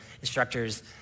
instructors